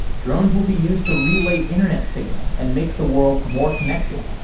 drones will be used to relay internet signal and make the world more connected.